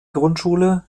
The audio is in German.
grundschule